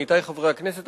עמיתי חברי הכנסת,